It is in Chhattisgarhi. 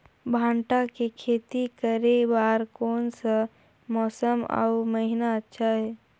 भांटा के खेती करे बार कोन सा मौसम अउ महीना अच्छा हे?